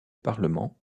parlement